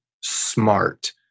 smart